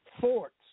forts